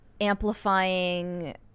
amplifying